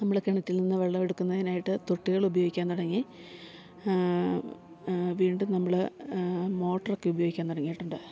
നമ്മള് കിണറ്റിൽ നിന്ന് വെള്ളം എടുക്കുന്നതിനായിട്ട് തോട്ടികൾ ഉപയോഗിക്കാൻ തുടങ്ങി വീണ്ടും നമ്മള് മോട്ടറൊക്കെ ഉപയോഗിക്കാൻ തുടങ്ങിയിട്ടുണ്ട്